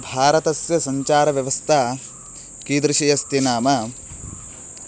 भारतस्य सञ्चारव्यवस्था कीदृशी अस्ति नाम